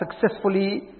successfully